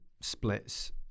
splits